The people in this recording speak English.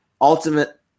ultimate